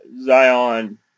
Zion